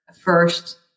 first